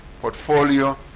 portfolio